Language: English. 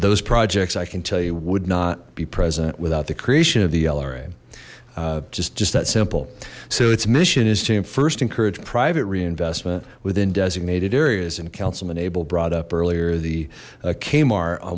those projects i can tell you would not be present without the creation of the lra just just that simple so its mission is to him first encourage private reinvestment within designated areas and councilman abel brought up earlier the kmart